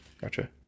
Gotcha